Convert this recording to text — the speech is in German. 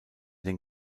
den